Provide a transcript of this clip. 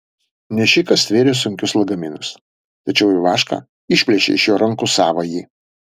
nešikas stvėrė sunkius lagaminus tačiau ivaška išplėšė iš jo rankų savąjį